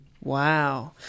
Wow